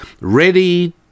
ready